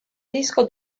disco